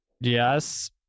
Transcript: Yes